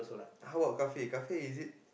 how work cafe cafe is it